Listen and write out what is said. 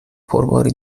پرباری